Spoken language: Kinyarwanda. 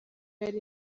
yari